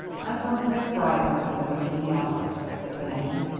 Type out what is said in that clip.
i'm from macbride and company, of minneapolis, said bannon.